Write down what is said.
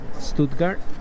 Stuttgart